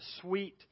sweet